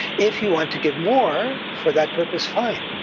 if you want to give more for that purpose, fine.